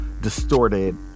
distorted